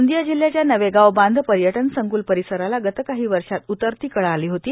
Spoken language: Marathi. गोंदिया जिल्याच्या नवेगावबांध पर्यटन संक्ल परिसराला गत काही वर्षात उतरती कळा आली होती